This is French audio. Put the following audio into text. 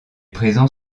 présent